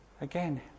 again